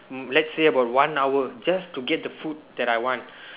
let's say about one hour just to get the food that I want